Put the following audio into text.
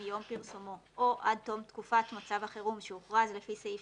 מיום פרסומו או עד תום תקופת מצב החירום שהוכרז לפי סעיף